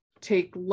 take